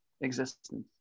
existence